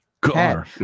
car